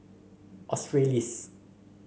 australis